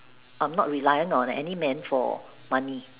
I'm not reliant on any men for money